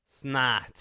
Snot